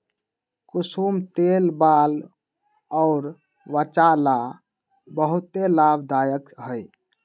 कुसुम तेल बाल अउर वचा ला बहुते लाभदायक हई